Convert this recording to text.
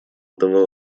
этого